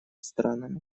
странами